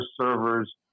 servers